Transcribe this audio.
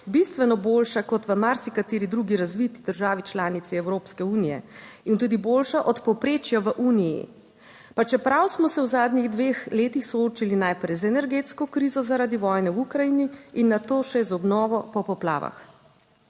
bistveno boljša kot v marsikateri drugi razviti državi članici Evropske unije in tudi boljša od povprečja v Uniji, pa čeprav smo se v zadnjih dveh letih soočili najprej z energetsko krizo, zaradi vojne v Ukrajini in nato še z obnovo po poplavah.